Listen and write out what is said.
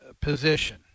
position